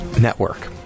network